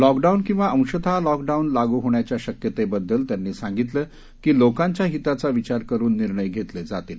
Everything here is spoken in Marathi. लॉकडाऊन किंवा अंशतः लॉकडाऊन लागू होण्याच्या शक्यतेबद्दल त्यांनी सांगितल की लोकांच्या हिताचा विचार करून निर्णय घेतले जातील